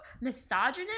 misogynist